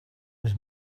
was